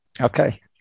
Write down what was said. okay